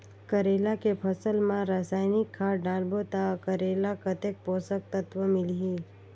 करेला के फसल मा रसायनिक खाद डालबो ता करेला कतेक पोषक तत्व मिलही?